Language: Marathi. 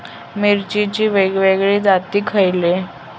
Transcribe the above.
मिरचीचे वेगवेगळे जाती खयले?